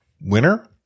winner